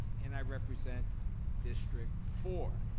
and i represent district four.